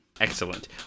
Excellent